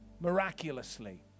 miraculously